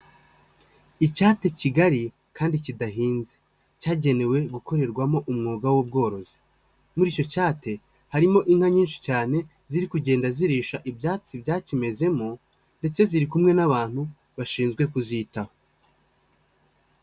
Icyate kigali kandi kidahinze cyagenewe gukorerwamo umwuga w'ubworozi, muri icyo cyate harimo inka nyinshi cyane ziri kugenda zirisha ibyatsi byakimezemo ndetse ziri kumwe n'abantu bashinzwe kuzitaho.